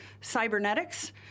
cybernetics